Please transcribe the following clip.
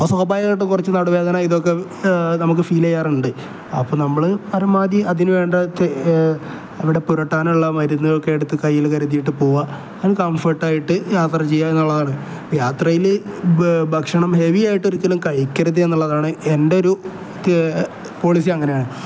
അപ്പോൾ സ്വാഭാവികമായിട്ടും കുറച്ച് നടുവ് വേദന ഇതൊക്കെ നമുക്ക് ഫീല ചെയ്യാറുണ്ട് അപ്പം നമ്മൾ പരമാവധി അതിന് വേണ്ടത്തെ അവിടെ പുരട്ടാനുള്ള മരുന്നൊക്കെ എടുത്ത് കയ്യിൽ കരുതിയിട്ട് പോകുക അങ്ങനെ കംഫേർട്ടായിട്ട് യാത്ര ചെയ്യുക എന്നുള്ളതാണ് യാത്രയിൽ ഭക്ഷണം ഹെവിയായിട്ട് ഒരിക്കലും കഴിക്കരുത് എന്നുള്ളതാണ് എൻ്റെ ഒരു പോളിസി അങ്ങനെയാണ്